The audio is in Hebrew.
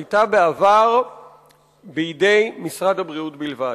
היתה בעבר בידי משרד הבריאות בלבד.